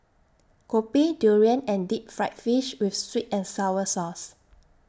Kopi Durian and Deep Fried Fish with Sweet and Sour Sauce